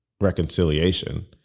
reconciliation